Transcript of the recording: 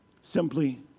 Simply